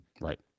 Right